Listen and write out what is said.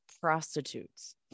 prostitutes